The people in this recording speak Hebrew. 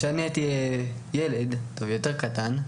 כשאני הייתי ילד יותר קטן,